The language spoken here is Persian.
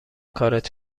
کارت